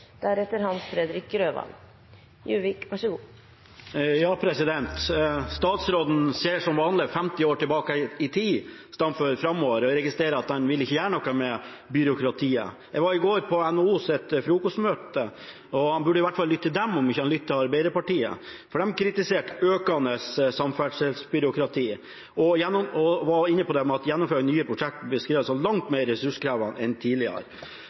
Statsråden ser som vanlig 50 år tilbake i tid istedenfor framover. Jeg registrerer at han ikke vil gjøre noe med byråkratiet. Jeg var i går på frokostmøte hos NHO, og han burde i hvert fall lytte til dem, om han ikke lytter til Arbeiderpartiet. De kritiserte det økende samferdselsbyråkratiet og var inne på dette med gjennomføring av nye prosjekter, som beskrives som langt mer ressurskrevende enn tidligere.